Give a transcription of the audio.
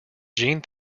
gene